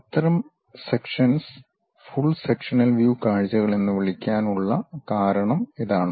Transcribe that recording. അത്തരം sections full sectional view കാഴ്ചകൾ എന്ന് വിളിക്കാൻ ഉള്ള കാരണം ഇതാണ്